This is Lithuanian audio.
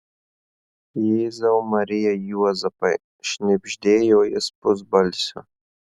jėzau marija juozapai šnibždėjo jis pusbalsiu